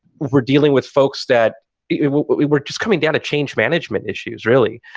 we're dealing with folks that we're just coming down to change management issues, really.